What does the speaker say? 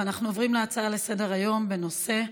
נעבור להצעה לסדר-היום בנושא: